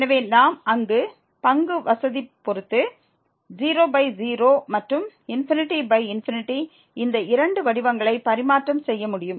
எனவே நாம் அங்கு பங்கு வசதிபொறுத்து 00 மற்றும் ∞∞ இந்த இரண்டு வடிவங்களை பரிமாற்றம் செய்ய முடியும்